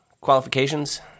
qualifications